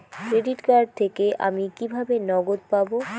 Credit card থেকে আমি কিভাবে নগদ পাব?